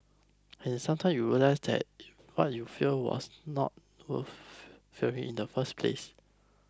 and sometime you realise that you what you feared was not worth fearing in the first place